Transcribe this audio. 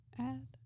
add